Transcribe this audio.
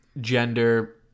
gender